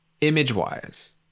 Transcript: image-wise